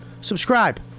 subscribe